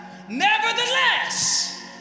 Nevertheless